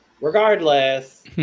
regardless